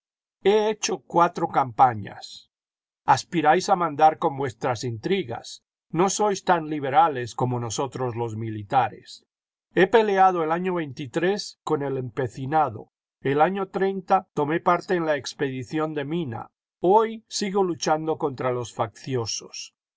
he hecho cuatro campañas aspiráis a mandar con vuestras intrigas no sois tan liberales como nosotros los militares he peleado el año con el empecinado el año tomé parte en la expedición de mina hoy sigo luchando contra los facciosos